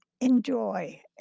enjoy